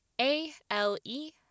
A-L-E